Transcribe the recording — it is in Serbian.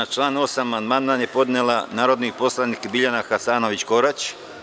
Na član 8. amandman je podnela narodni poslanik Biljana Hasanović Korać.